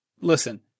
Listen